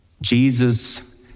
Jesus